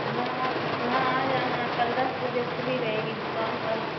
ہاں ہاں ہاں آ جانا کل دس بجے کھلی رہے گی دکان کل